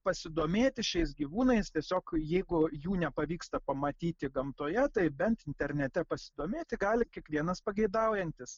pasidomėti šiais gyvūnais tiesiog jeigu jų nepavyksta pamatyti gamtoje tai bent internete pasidomėti gali kiekvienas pageidaujantis